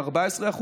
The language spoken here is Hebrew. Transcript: עם 14%,